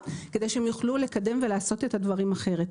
כדי שהם יוכלו לקדם ולעשות את הדברים אחרת.